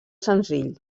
senzill